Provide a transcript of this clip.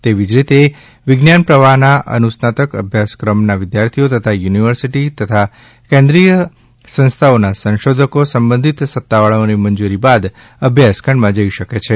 એવી જ રીતે વિજ્ઞાન પ્રવાહના અનુસ્નાતક અભ્યાસક્રમના વિદ્યાર્થીઓ તથા યુનિવર્સિટી તથા કેન્દ્રીય સંસ્થાઓના સંશોધકો સંબંધિત સત્તાવાળાઓની મંજુરી બાદ અભ્યાસ ખંડમાં જઈ શકે છે